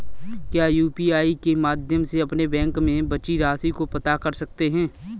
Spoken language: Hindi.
क्या यू.पी.आई के माध्यम से अपने बैंक में बची राशि को पता कर सकते हैं?